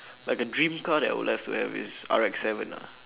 like the dream car that I would like to have is R_X seven ah